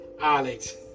Alex